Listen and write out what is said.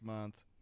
month